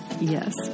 Yes